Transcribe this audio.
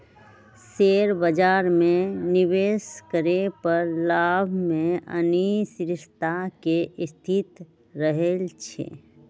share बाजार में निवेश करे पर लाभ में अनिश्चितता के स्थिति रहइ छइ